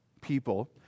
people